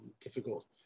difficult